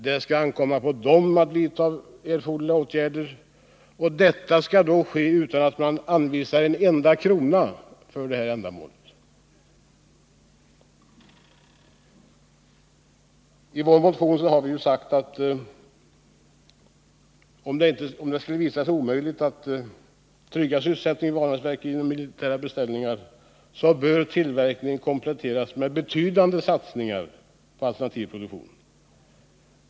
Det skall ankomma på FFV att vidta erforderliga åtgärder, och detta skall ske utan att en enda krona anvisas för ändamålet. I vår motion slår vi fast att om det skulle visa sig omöjligt att trygga sysselsättningen vid Vanäsverken genom militära beställningar, så bör tillverkningen kompletteras med betydande satsningar på alternativ produktion.